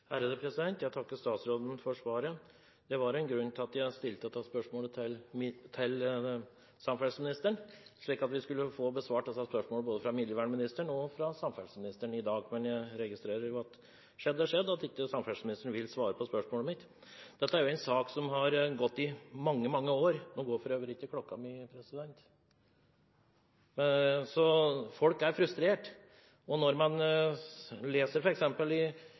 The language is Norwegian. Jeg takker statsråden for svaret. Det var en grunn til at jeg stilte dette spørsmålet til samferdselsministeren, slik at vi skulle få besvart disse spørsmålene fra både miljøvernministeren og samferdselsministeren i dag. Men jeg registrerer at det som har skjedd, har skjedd, og at samferdselsministeren ikke vil svare på spørsmålet mitt. Dette er en sak som har gått i mange, mange år, så folk er frustrert. Når man leser f.eks. i den utmerkede avisen Hamar Arbeiderblad 5. mars 2013 at enkelte representanter som sitter i